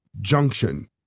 junction